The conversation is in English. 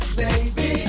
baby